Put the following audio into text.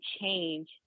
change